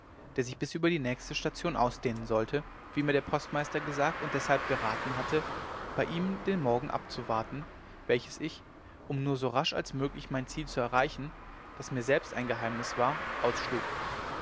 der sich bis über die nächste station ausdehnen sollte wie mir der postmeister gesagt und deshalb geraten hatte bei ihm der morgen abzuwarten welches ich um nur so rasch als möglich ein ziel zu erreichen das mir selbst ein geheimnis war ausschlug